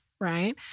right